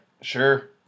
Sure